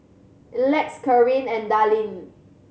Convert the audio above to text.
Elex Kareen and Dallin